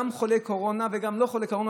גם חולי קורונה וגם לא חולי קורונה,